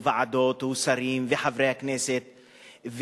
ועדות ושרים וחברי הכנסת,